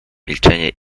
milczenie